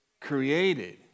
created